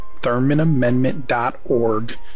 ThurmanAmendment.org